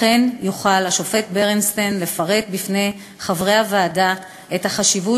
והשופט ברנסטין יוכל לפרט בפני חברי הוועדה את החשיבות